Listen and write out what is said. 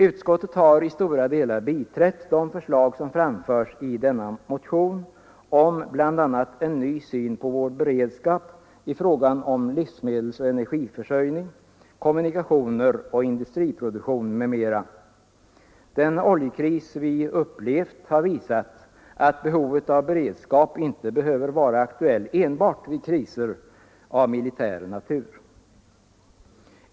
Utskottet har till stora delar biträtt de förslag som framförs i denna motion om bl.a. en ny syn på vår beredskap i fråga om livsmedelsoch energiförsörjning, kommunikationer och industriproduktion m.m. Den oljekris vi upplevt har visat att en beredskap inte behöver vara aktuell enbart vid kriser av militär natur.